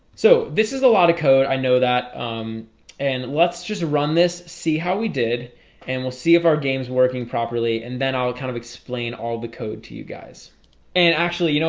so this is a lot of code i know that um and let's just run this see how we did and we'll see if our games working properly and then i'll kind of explain all the code to you guys and actually you know